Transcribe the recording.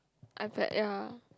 ya